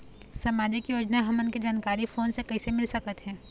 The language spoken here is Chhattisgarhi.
सामाजिक योजना हमन के जानकारी फोन से कइसे मिल सकत हे?